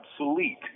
Obsolete